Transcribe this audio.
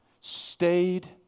stayed